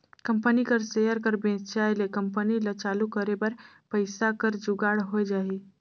company कर share कर बेंचाए ले कंपनी ल चालू करे बर पइसा कर जुगाड़ होए जाही